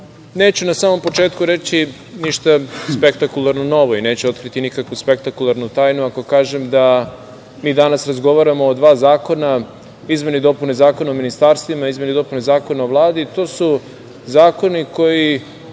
neću na samom početku reći ništa spektakularno novo i neću otkriti nikakvu spektakularnu tajnu ako kažem da mi danas razgovaramo o dva zakona – izmeni i dopuni Zakona o ministarstvima i izmeni i dopuni Zakona o Vladi. To su zakoni koji